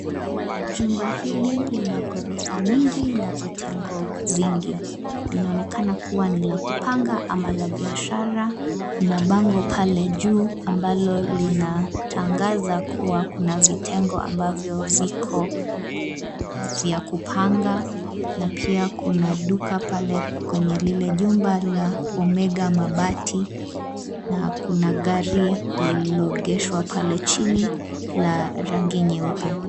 Jumba hili lina ghorofa nyingi na vitengo vingi. Linaonekana kuwa ni la kupanga ama la biashara. Kuna bango pale juu ambalo linatangaza kuwa kuna vitengo ambavyo viko vya kupanga na pia kuna duka pale kwenye lile jumba la Omega Mabati na kuna gari lililoegeshwa pale chini la rangi nyeupe.